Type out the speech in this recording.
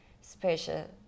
special